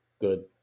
good